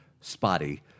spotty